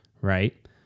right